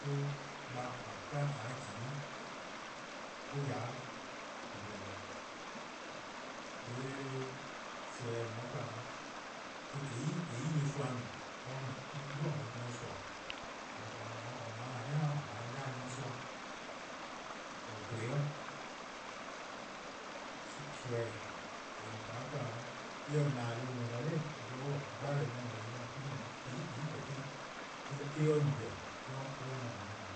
'De :baa' :or 'kla-a :jii, or-: :ya 'de :gwlor deh. :yee' nimi :eh :ne-a 'de 'kwla eh-: no :zai' nyorsoa no 'yu :or dhu-a nyorsoa, :or ne-a 'de :a 'dlu :a :baa'-a 'da-dih-a nyorsoa, :or gwle-a 'o. nini :eh :ne-a 'de 'kwla eh-: :nena: deh+ :en-a 'nor gwlor-' gbalor 'i :yelih 'i me-: no :tehn 'i :tehn 'i deh+ me-: or no :weh 'de or mu-a no.